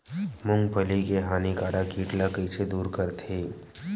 मूंगफली के हानिकारक कीट ला कइसे दूर करथे?